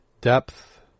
depth